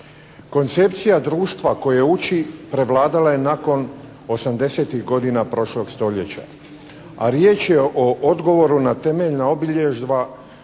Koncepcija društva koje uči prevladala je nakon 80-tih godina prošlog stoljeća, a riječ je o odgovoru na temeljna obilježja